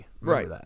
Right